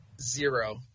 Zero